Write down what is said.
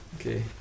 Okay